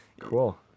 cool